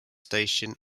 station